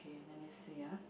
okay let me see ah